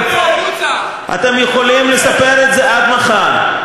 החוצה, אתם יכולים לספר את זה עד מחר,